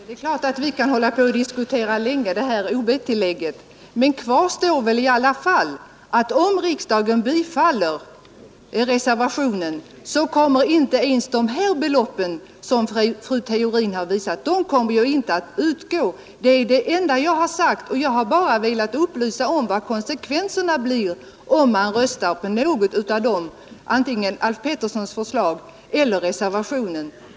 Herr talman! Vi kan självfallet hålla på en lång stund och diskutera ob-tilläggens storlek. Men kvar står väl ändå att om riksdagen bifaller reservationen, kommer inte ens de belopp som fru Theorin redovisat att utgå. Det är det enda jag har sagt. Jag har bara velat upplysa om vilka konsekvenser det får om riksdagen bifaller antingen Alf Petterssons förslag eller reservationen.